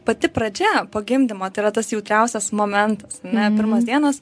pati pradžia po gimdymo tai yra tas jautriausias momentas ane pirmos dienos